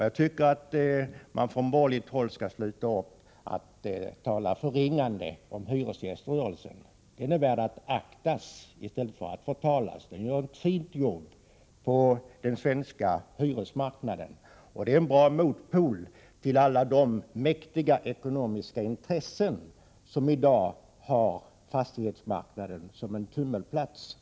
Jag tycker att man från borgerligt håll skall sluta upp att tala förringande om hyresgäströrelsen. Den är värd att aktas i stället för att förtalas. Den gör ett fint jobb på den svenska hyresmarknaden, och den är en bra motpol till alla de mäktiga ekonomiska intressen som i dag har fastighetsmarknaden som en tummelplats.